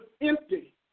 empty